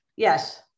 Yes